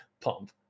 pump